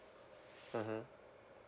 mmhmm